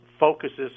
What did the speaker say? focuses